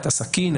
את הסכין,